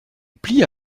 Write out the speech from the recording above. plia